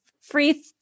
free